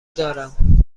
دارم